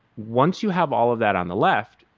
once you have all of that on the left,